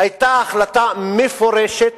היתה החלטה מפורשת,